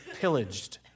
pillaged